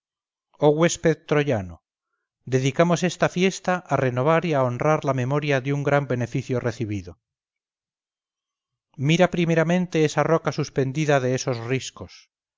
troyano dedicamos esta fiesta a renovar y a honrar la memoria de un gran beneficio recibido mira primeramente esa roca suspendida de esos riscos